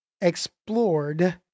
explored